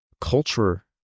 culture